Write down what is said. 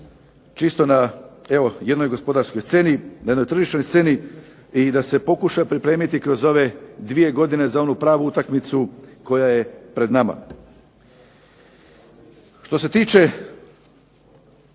gospodarskoj i tržišnoj sceni i da se pokuša pripremiti kroz ove dvije godine za onu pravu utakmicu koja je pred nama. Što se tiče